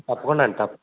తప్పకుండా అండి తప్పకుండా